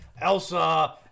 Elsa